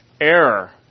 error